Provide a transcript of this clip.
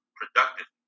productive